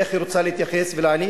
איך היא רוצה להתייחס ולהעניק.